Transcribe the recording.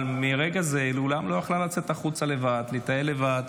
אבל מרגע זה היא מעולם לא יכלה לצאת החוצה לבד ולטייל לבד,